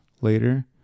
later